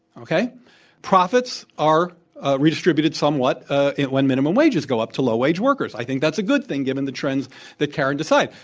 profits are redistributed somewhat ah when minimum wages go up to low wage workers. i think that's a good thing, given the trends that karen described.